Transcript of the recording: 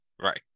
Right